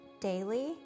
daily